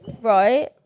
right